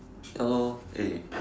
ya lor eh